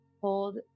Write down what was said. Hold